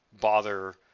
bother